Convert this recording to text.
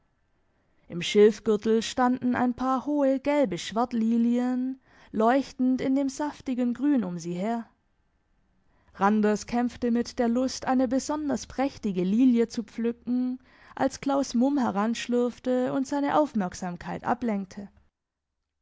im schilfgürtel standen ein paar hohe gelbe schwertlilien leuchtend in dem saftigen grün um sie her randers kämpfte mit der lust eine besonders prächtige lilie zu pflücken als claus mumm heranschlürfte und seine aufmerksamkeit ablenkte